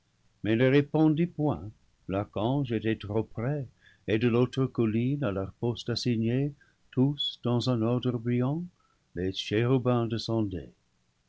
mais ne répondit point l'archange était trop près et de l'autre colline à leur poste assigné tous dans un ordre brillant les chérubins descendaient